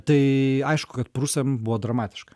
tai aišku kad prūsam buvo dramatiška